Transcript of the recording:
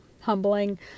humbling